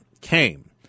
came